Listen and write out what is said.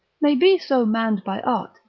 may be so manned by art,